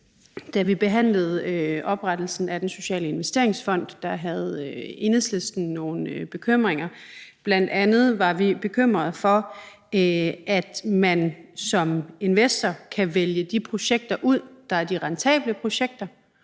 Da vi behandlede oprettelsen af Den Sociale Investeringsfond, havde Enhedslisten nogle bekymringer. Bl.a. var vi bekymrede for, at man som investor kan vælge de projekter ud, som er de rentable projekter,